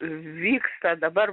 vyksta dabar